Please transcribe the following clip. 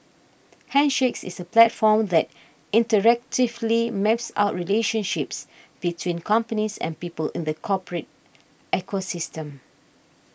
handshakes is a platform that interactively maps out relationships between companies and people in the corporate ecosystem